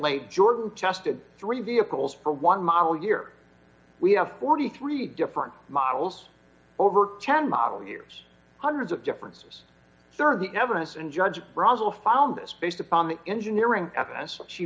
lady jordan tested three vehicles for one model year we have forty three different models over chan model years hundreds of differences serve the evidence and judge russell found this based upon the engineering